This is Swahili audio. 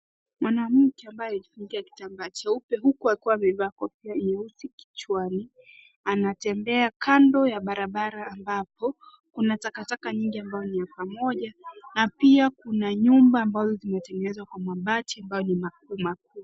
Mwanamke ambaye anajifungia kitambaa cheupe huku akiwa amevaa kofia nyeusi kichwani, anatembea kando ya barabara ambapo kuna takataka nyingi ambayo ni ya pamoja na pia kuna nyumba ambazo zimetengenezwa kwa mabati ambayo ni machuma.